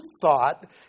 thought